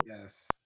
Yes